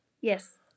Yes